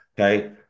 Okay